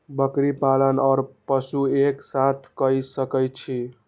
बकरी पालन ओर पशु एक साथ कई सके छी?